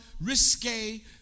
risque